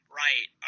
right